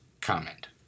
comment